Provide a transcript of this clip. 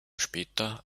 später